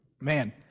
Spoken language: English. man